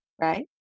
Right